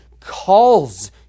calls